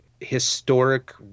historic